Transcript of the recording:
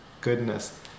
goodness